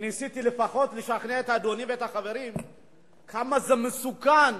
ניסיתי לפחות לשכנע את אדוני ואת החברים כמה זה מסוכן,